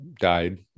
died